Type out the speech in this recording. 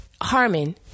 Harmon